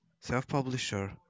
self-publisher